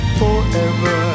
forever